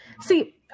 See